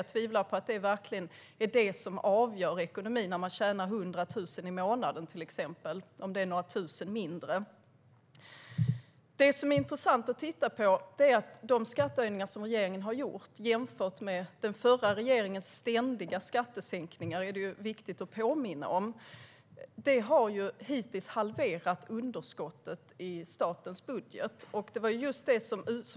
Om det är några tusen mindre för den som tjänar 100 000 i månaden tvivlar jag på att det verkligen är det som avgör ekonomin. Det som är intressant att titta på och viktigt att påminna om är att de skattehöjningar som regeringen har gjort - jämför med den förra regeringens ständiga skattesänkningar - hittills har halverat underskottet i statens budget.